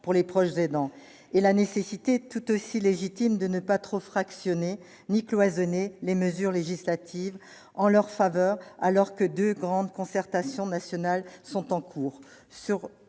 pour les proches aidants et la nécessité tout aussi légitime de ne pas trop fractionner ni cloisonner les mesures législatives en leur faveur, alors que de grandes concertations nationales sont en cours